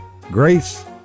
Grace